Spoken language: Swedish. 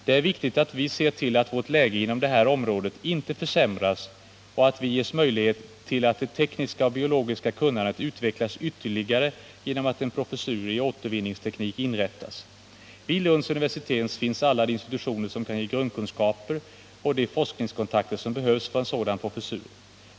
Det är viktigt att vi ser till att vårt läge inom det här området inte försämras och att vi ges möjligheter till att det tekniska och biologiska kunnandet utvecklas ytterligare genom att en professur i återvinningsteknik inrättas. Vid Lunds universitet finns alla de institutioner som kan ge grundkunskaper och de forskningskontakter som behövs för en sådan professur.